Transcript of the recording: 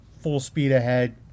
full-speed-ahead